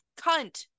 cunt